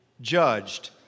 judged